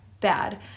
Bad